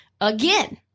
again